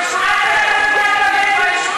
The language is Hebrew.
אל תלמד אותי על טבנקין,